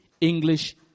English